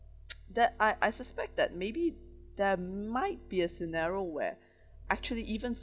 that I I suspect that maybe there might be a scenario where actually even